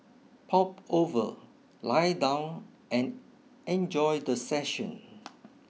pop over lie down and enjoy the session